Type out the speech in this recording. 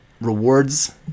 rewards